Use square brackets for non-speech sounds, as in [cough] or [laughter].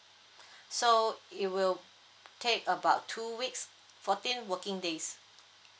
[breath] so it will take about two weeks fourteen working days